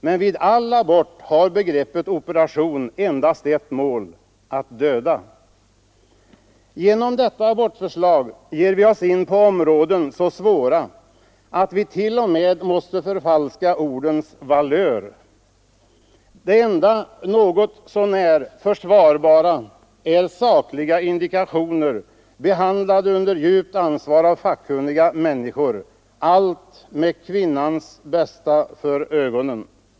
Men vid all abort har begreppet ”operation” endast ett mål: att döda. Genom detta abortlagförslag ger vi oss in på områden så svåra att vi t.o.m. måste förfalska ordens valör. Det enda något så när försvarbara är sakliga indikationer, behandlade under djupt ansvar av fackkunniga människor — allt med kvinnans bästa för ögonen.